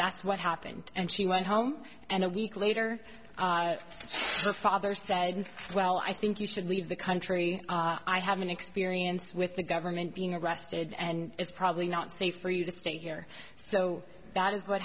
that's what happened and she went home and a week later the father said well i think you should leave the country i have an experience with the government being arrested and it's probably not safe for you to stay here so that is what